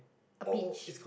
a pitch